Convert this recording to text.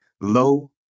low